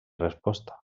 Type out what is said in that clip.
resposta